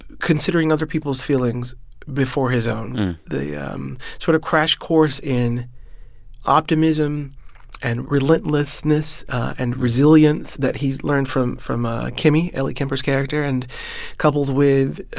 considering other people's feelings before his own the um sort of crash course in optimism and relentlessness and resilience that he's learned from from ah kimmy, ellie kemper's character, and coupled with